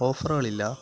ഓഫറുകളില്ല